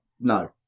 No